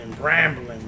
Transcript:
rambling